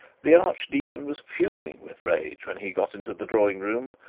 the archdeacon was fuming with rage when he got into the drawing-room,